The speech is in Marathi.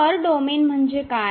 तर डोमेन म्हणजे काय